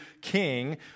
king